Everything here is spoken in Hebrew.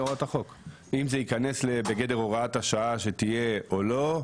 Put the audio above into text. אם זה ייכנס בגדר הוראת השעה שתהיה או לא,